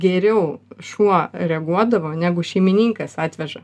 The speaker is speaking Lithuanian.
geriau šuo reaguodavo negu šeimininkas atveža